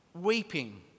weeping